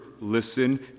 listen